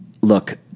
Look